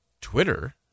Twitter